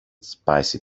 spicy